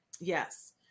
Yes